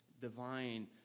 divine